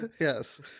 Yes